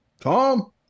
Tom